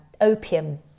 Opium